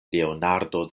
leonardo